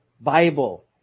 Bible